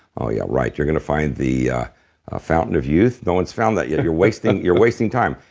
oh yeah, right. you're going to find the fountain of youth? no one's found that yet. you're wasting you're wasting time.